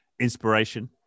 inspiration